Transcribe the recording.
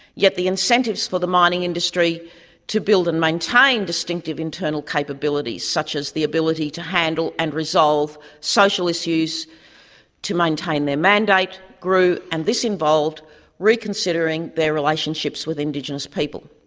yet the incentives for the mining industry to build and maintain distinctive internal capabilities, such as the ability to handle and resolve social issues to maintain their mandate, grew, and this involved reconsidering their relationships with indigenous people.